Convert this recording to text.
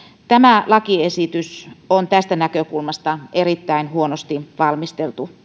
tämä lakiesitys on tästä näkökulmasta erittäin huonosti valmisteltu tämä